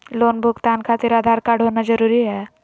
Loan भुगतान खातिर Aadhaar card होना जरूरी है?